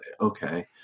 okay